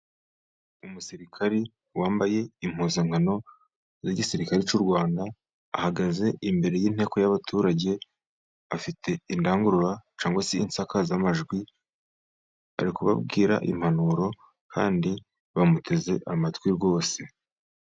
Umusirikari wambaye impuzankano z'igisirikare cy'u Rwanda. Ahagaze imbere y'inteko y'abaturage, afite indangurura cyangwa se insakazamajwi, ari kubabwira impanuro kandi bamuteze amatwi rwose.